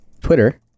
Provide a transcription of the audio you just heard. Twitter